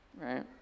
right